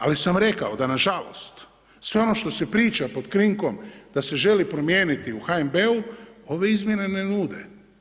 Ali sam rekao da nažalost sve ono što se priča pod krinkom da se želi promijeniti u HNB-u ove izmjene ne nude.